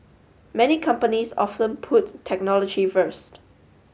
many companies often put technology first